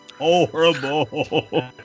Horrible